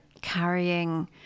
carrying